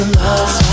love